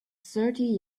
thirty